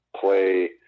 play